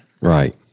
Right